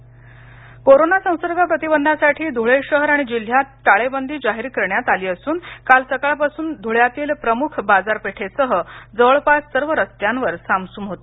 Dhule corona संसर्ग प्रतिबंधासाठी धुळे शहर आणि जिल्ह्यात टाळेबंदी जाहीर करण्यात आली असून काल सकाळपासून ध्वळ्यातील प्रमुख बाजारपेठेसह जवळपास सर्व रस्त्यांवर सामसुम होती